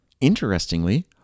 Interestingly